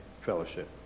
fellowship